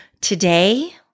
Today